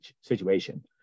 situation